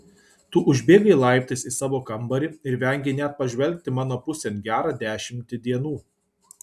tu užbėgai laiptais į savo kambarį ir vengei net pažvelgti mano pusėn gerą dešimtį dienų